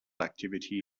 activity